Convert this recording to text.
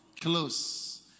close